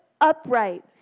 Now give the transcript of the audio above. upright